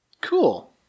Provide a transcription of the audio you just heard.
Cool